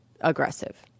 aggressive